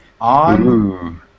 on